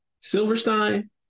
Silverstein